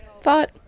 thought